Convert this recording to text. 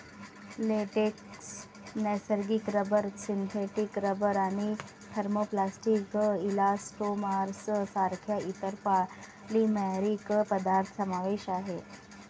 latex, नैसर्गिक rubber, synthetic rubber आणि thermoplastic elastomers सारख्या इतर पॉलिमरिक पदार्थ समावेश आहे